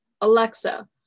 Alexa